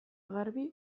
garbi